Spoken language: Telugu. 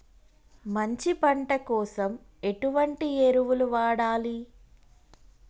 మంచి పంట కోసం ఎటువంటి ఎరువులు వాడాలి?